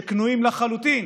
שכנועים לחלוטין